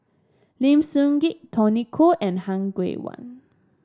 Lim Sun Gee Tony Khoo and Han Guangwei